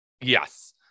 Yes